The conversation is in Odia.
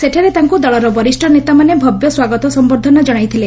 ସେଠାରେ ତାଙ୍କୁ ଦଳର ବରିଷ୍ ନେତାମାନେ ଭବ୍ୟ ସ୍ୱାଗତ ସମ୍ୟର୍ର୍ର୍ରନା ଜଣାଇଥିଲେ